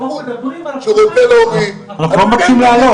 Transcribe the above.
אבל איך זה יהיה מגולם?